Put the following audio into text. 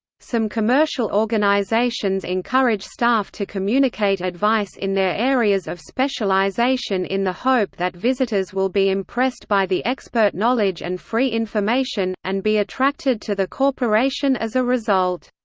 some commercial organizations encourage staff to communicate advice in their areas of specialization in the hope that visitors will be impressed by the expert knowledge and free information, and be attracted to the corporation as a result.